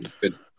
good